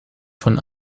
von